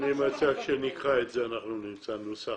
אני מציע שנקרא את זה, אנחנו נמצא נוסח.